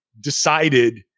decided –